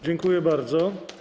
Dziękuję bardzo.